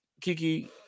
Kiki